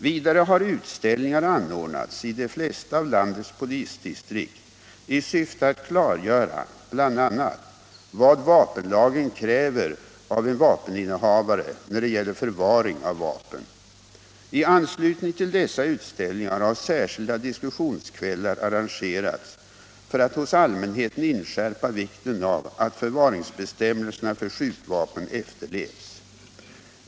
Vidare har utställningar anordnats i de flesta av landets polisdistrikt i syfte att klargöra bl.a. vad vapenlagen kräver av en vapeninnehavare när det gäller förvaring av vapen. I anslutning till dessa utställningar har särskilda diskussionskvällar arrangerats för att hos allmänheten inskärpa vikten av att förvaringsbestämmelserna för skjutvapen efterlevs.